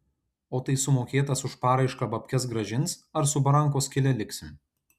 o tai sumokėtas už paraišką babkes grąžins ar su barankos skyle liksim